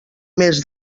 més